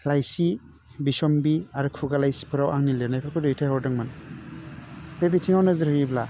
लाइसि बिसम्बि आरो खुगा लाइसिफोराव आंनि लिरनायखौ दैथायहरदोंमोन बे बिथिङाव नोजोर होयोब्ला